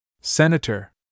Senator